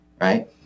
right